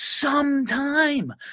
sometime